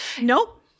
nope